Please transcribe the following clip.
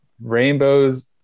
rainbows